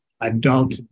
adult